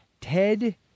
Ted